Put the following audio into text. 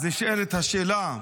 אז נשאלת השאלה: